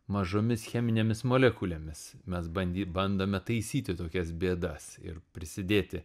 mažomis cheminėmis molekulėmis mes bandy bandome taisyti tokias bėdas ir prisidėti